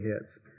Hits